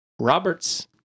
Roberts